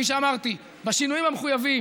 כפי שאמרתי: בשינויים המחויבים.